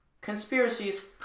Conspiracies